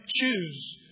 choose